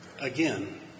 again